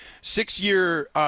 six-year